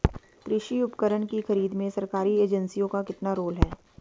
कृषि उपकरण की खरीद में सरकारी एजेंसियों का कितना रोल है?